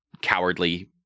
cowardly